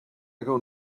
going